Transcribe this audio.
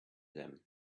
them